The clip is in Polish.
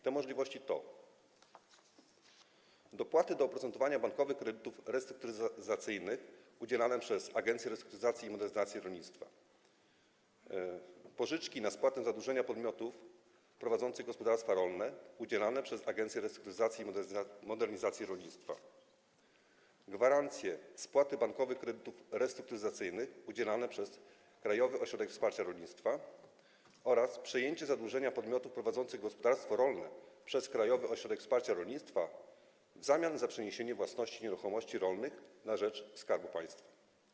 Te możliwości to: dopłaty do oprocentowania bankowych kredytów restrukturyzacyjnych udzielane przez Agencję Restrukturyzacji i Modernizacji Rolnictwa, pożyczki na spłatę zadłużenia podmiotów prowadzących gospodarstwa rolne udzielane przez Agencję Restrukturyzacji i Modernizacji Rolnictwa, gwarancje spłaty bankowych kredytów restrukturyzacyjnych udzielane przez Krajowy Ośrodek Wsparcia Rolnictwa oraz przejęcie zadłużenia podmiotów prowadzących gospodarstwa rolne przez Krajowy Ośrodek Wsparcia Rolnictwa w zamian za przeniesienie własności nieruchomości rolnych na rzecz Skarbu Państwa.